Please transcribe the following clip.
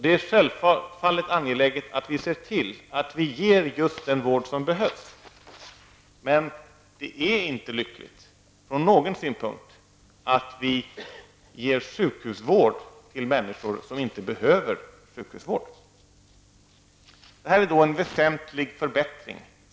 Det är självfallet angeläget att vi ser till att vi ger just den vård som behövs. Men det är inte lyckligt från någon synpunkt att vi ger sjukhusvård till människor som inte behöver sjukhusvård. När förslaget genomförs innebär det en väsentlig förbättring.